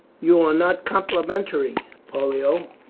you are not complimentary, pollio,